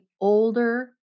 older